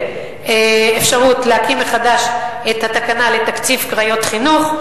אפשרות להקים מחדש את התקנה לתקציב קריות חינוך,